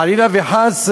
חלילה וחס,